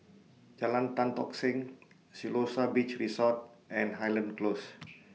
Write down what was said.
Jalan Tan Tock Seng Siloso Beach Resort and Highland Close